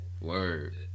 Word